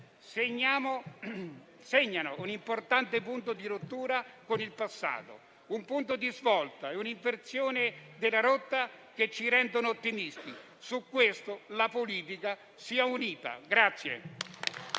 segnano un importante punto di rottura con il passato, un punto di svolta e un'inversione della rotta che ci rendono ottimisti. Su questo la politica sia unita.